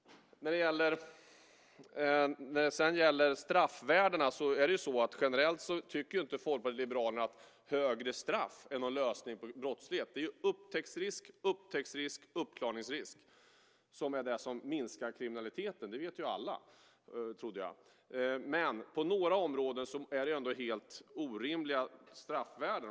När det sedan gäller straffvärdena är det ju så att generellt tycker inte Folkpartiet liberalerna att högre straff är någon lösning på brottslighet. Det är ju upptäcktsrisk och uppklaringsrisk som är det som minskar kriminaliteten. Det vet ju alla - trodde jag. Men på några områden är det ändå helt orimliga straffvärden.